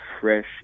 fresh